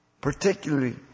particularly